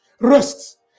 Rest